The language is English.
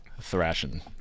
Thrashing